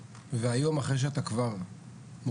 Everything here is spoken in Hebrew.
והיום, אחרי שאתה כבר מוכר,